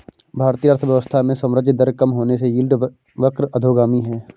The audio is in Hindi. भारतीय अर्थव्यवस्था में संवृद्धि दर कम होने से यील्ड वक्र अधोगामी है